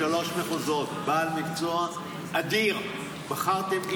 בעל מקצוע אדיר, בחרתם איש מצוין.